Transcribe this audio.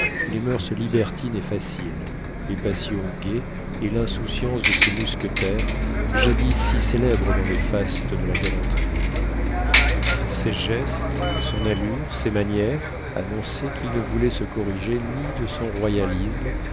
les moeurs libertines et faciles les passions gaies et l'insouciance de ces mousquetaires jadis si célèbres dans les fastes de la galanterie ses gestes son allure ses manières annonçaient qu'il ne voulait se corriger ni de son royalisme